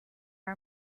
are